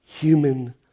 human